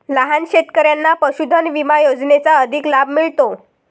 लहान शेतकऱ्यांना पशुधन विमा योजनेचा अधिक लाभ मिळतो